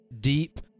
deep